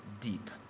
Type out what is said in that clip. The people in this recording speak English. deep